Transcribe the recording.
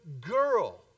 girl